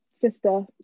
sister